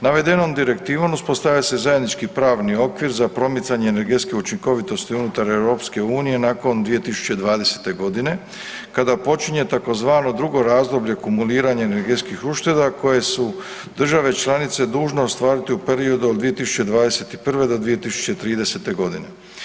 Navedenom direktivom uspostavlja se zajednički pravni okvir za promicanje energetske učinkovitosti unutar EU nakon 2020. godine kada počinje tzv. drugo razdoblje kumuliranja energetskih ušteda koje su države članice dužne ostvariti u periodu od 2021. do 2030. godine.